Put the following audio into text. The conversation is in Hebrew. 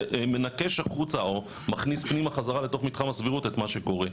ומנקש החוצה או מכניס פנימה בחזרה לתוך מתחם הסבירות את מה שקורה,